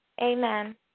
Amen